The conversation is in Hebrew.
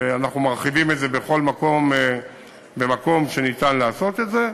ואנחנו מרחיבים את זה בכל מקום ומקום שניתן לעשות את זה.